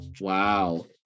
Wow